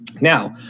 Now